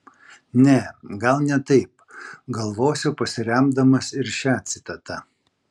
ne gal ne taip galvosiu pasiremdamas ir šia citata